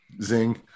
zing